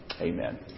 Amen